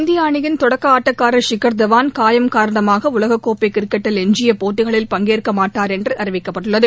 இந்திய அணியின் தொடக்க ஆட்டக்காரர் விகர் தவான் காயம் காரணமாக உலகக் கோப்பை கிரிக்கெட்டில் எஞ்சிய போட்டிகளில் பங்கேற்க மாட்டார் என்று அறிவிக்கப்பட்டுள்ளது